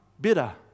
bitter